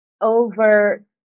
over